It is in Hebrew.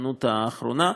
ההזדמנות האחרונה.